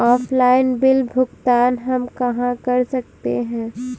Offline bill भुगतान हम कहां कर सकते हैं?